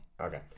Okay